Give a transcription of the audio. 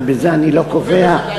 בזה אני לא קובע,